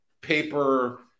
paper